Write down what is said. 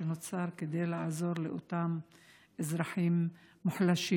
שנוצר כדי לעזור לאותם אזרחים מוחלשים?